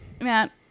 Matt